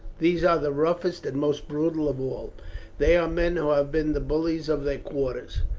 these are the roughest and most brutal of all they are men who have been the bullies of their quarters,